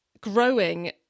growing